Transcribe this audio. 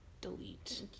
Delete